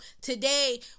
today